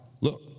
look